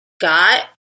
got